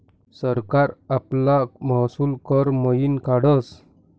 सरकार आपला महसूल कर मयीन काढस